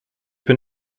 bin